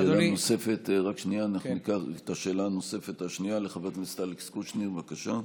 שאלה נוספת, לחבר הכנסת אלכס קושניר, בבקשה.